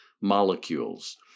molecules